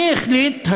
מי החליט?